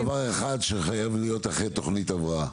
יש דבר אחד שחייב להיות אחרי תכנית הבראה.